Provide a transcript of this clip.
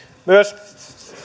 myös